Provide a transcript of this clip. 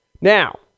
Now